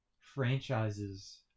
franchises